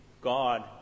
God